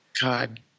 God